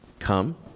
come